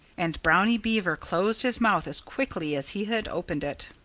and brownie beaver closed his mouth as quickly as he had opened it.